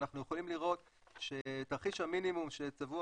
אנחנו יכולים לראות שתרחיש המינימום שצבוע